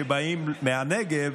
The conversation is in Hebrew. שבאים מהנגב,